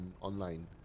online